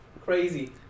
crazy